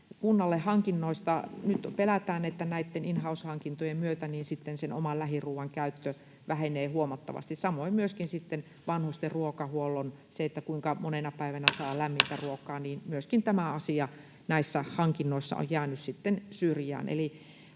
kunnalle hankinnoissa. Nyt pelätään, että näitten in-house-hankintojen myötä sitten sen oman lähiruoan käyttö vähenee huomattavasti. Samoin sitten myöskin vanhusten ruokahuolto, se, kuinka monena päivänä saa lämmintä ruokaa, myöskin tämä asia, on näissä hankinnoissa jäänyt syrjään.